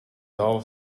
dull